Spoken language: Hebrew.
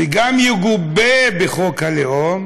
וגם יגובה בחוק הלאום: